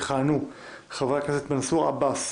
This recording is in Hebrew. יכהנו חברי הכנסת מנסור עבאס,